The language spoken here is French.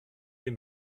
des